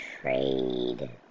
trade